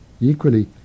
Equally